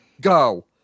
go